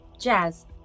Jazz